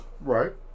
Right